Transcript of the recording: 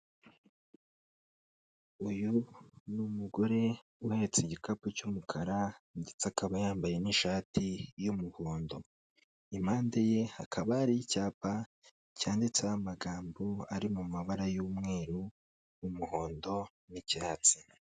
Uyu n'umugore uhetse igikapu cy'umukara ndetse akaba yambaye n'ishati y'umuhondo, impande ye hakaba ari icyapa cyanditseho amagambo ari mu mabara y'umweru, umuhondo n'icyatsi.